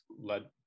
led